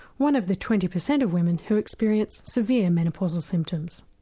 one of the twenty percent of women who experienced severe menopausal symptoms.